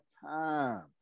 time